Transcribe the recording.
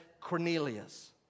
Cornelius